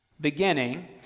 beginning